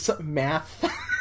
Math